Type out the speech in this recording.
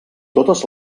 totes